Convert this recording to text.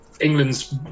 England's